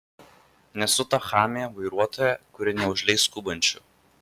nesu ta chamė vairuotoja kuri neužleis skubančių